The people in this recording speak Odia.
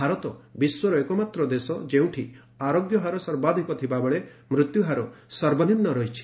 ଭାରତ ବିଶ୍ୱର ଏକମାତ୍ର ଦେଶ ଯେଉଁଠି ଆରୋଗ୍ୟହାର ସର୍ବାଧକ ଥିବାବେଳେ ମୃତ୍ୟୁହାର ସର୍ବନିମ୍ବ ରହିଛି